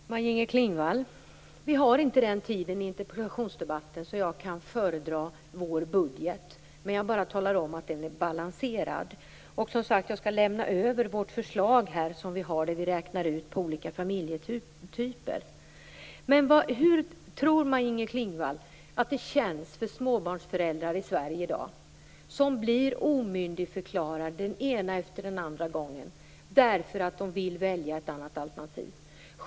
Fru talman! Maj-Inger Klingvall, tiden för en interpellationsdebatt är inte tillräcklig för att jag skall kunna föredra vår budget. Jag vill bara tala om att den är balanserad. Som sagt, jag skall lämna över vårt förslag där vi gör beräkningar för olika familjetyper. Hur tror Maj-Inger Klingvall att det känns för småbarnsföräldrar i Sverige i dag, som blir omyndigförklarade den ena gången efter den andra därför att de vill välja ett annat alternativ?